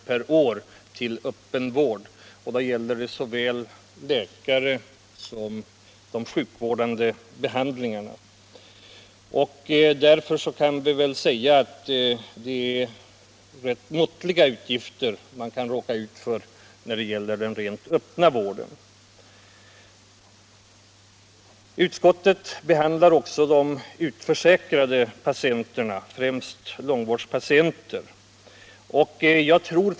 per år för öppen vård, oavsett om den ges av läkare eller om den består av sjukvårdande behandlingar. Därför är de utgifter man kan råka ut för i den öppna vården rätt måttliga. Utskottet tar också upp frågan om situationen för de utförsäkrade patienterna, främst långvårdspatienterna.